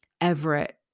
Everett